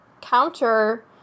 counter